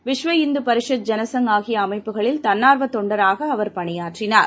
விஷ்வ ஹிந்துபரிஷத் ஜன சங் ஆகியஅமைப்புகளில் தன்னார்வதொண்டராகஅவர் பணியாற்றினார்